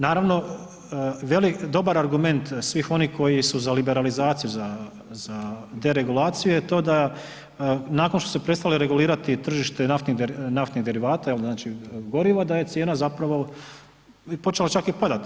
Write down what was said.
Naravno, dobar argument svih onih koji su za liberalizaciju, za deregulaciju je to da nakon što se prestalo regulirati tržište naftnih derivata, goriva da je cijena zapravo počela i padati.